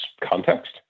context